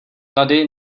rady